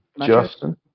Justin